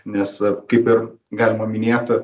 nes kaip ir galima minėti